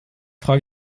frage